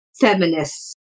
feminists